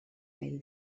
mil